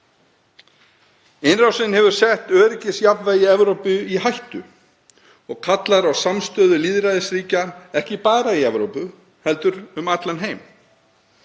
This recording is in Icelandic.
Innrásin hefur sett öryggisjafnvægi í Evrópu í hættu og kallar á samstöðu lýðræðisríkja, ekki bara í Evrópu heldur um allan heim.